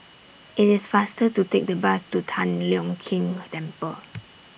IT IS faster to Take The Bus to Tian Leong Keng Temple